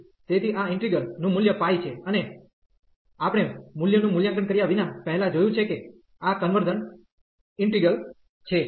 તેથી આ ઇન્ટિગ્રલ નું મૂલ્ય π છે અને આપણે મૂલ્યનું મૂલ્યાંકન કર્યા વિના પહેલાં જોયું છે કે આ કન્વર્જન્ટ ઈન્ટિગ્રલ છે